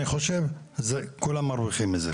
אני חושב כולם מרוויחים מזה.